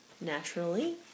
naturally